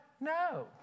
No